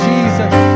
Jesus